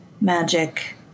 Magic